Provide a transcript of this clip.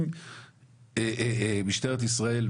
אם משטרת ישראל,